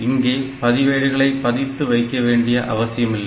இங்கே பதிவேடுகளை பதித்து வைக்கவேண்டிய அவசியமில்லை